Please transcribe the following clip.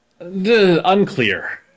Unclear